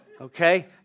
Okay